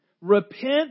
Repent